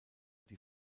die